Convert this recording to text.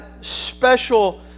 special